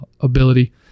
ability